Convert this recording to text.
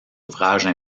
ouvrages